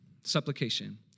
Supplication